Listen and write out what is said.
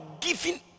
giving